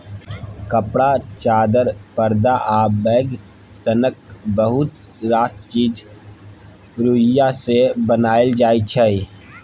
कपड़ा, चादर, परदा आ बैग सनक बहुत रास चीज रुइया सँ बनाएल जाइ छै